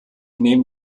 nehmen